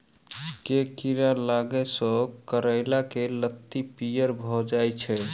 केँ कीड़ा लागै सऽ करैला केँ लत्ती पीयर भऽ जाय छै?